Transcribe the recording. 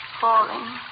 falling